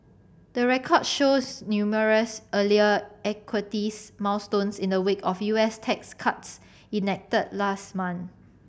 the record shows numerous earlier equities milestones in the wake of U S tax cuts enacted last month